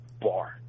bar